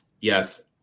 yes